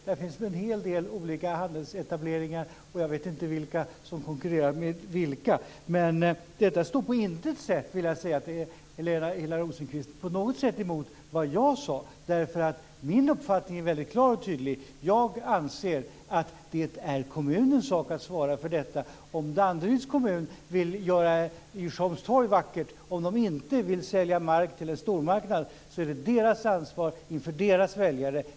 Där finns det en hel del olika handelsetableringar, och jag vet inte vilka som konkurrerar med vilka. Detta står på intet sätt, vill jag säga till Helena Hillar Rosenqvist, i motsats till det jag sade. Min uppfattning är mycket klar och tydlig: Jag anser att det är kommunens sak att svara för detta. Om man i Danderyds kommun vill göra Djursholms torg vackert, om man inte vill sälja mark till en stormarknad, är det kommunens ansvar inför sina väljare.